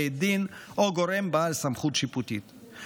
בית דין או גורם בעל סמכות שיפוטית,